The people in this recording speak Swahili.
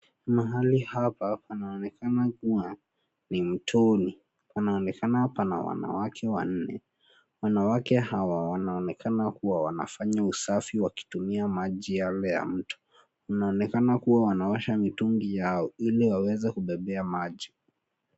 Mahali hapa panaonekana kuwa ni mtoni. Panaonekana pana wanawake wanne. Wanawake hawa wanaonekana kuwa wanafanya usafi kutumia maji yale ya mto. Wanaonekana kuwa wanaosha mitungi yao ili waweze kubebea maji.